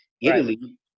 Italy